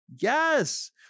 Yes